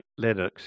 Linux